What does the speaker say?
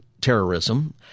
terrorism